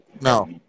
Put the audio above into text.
No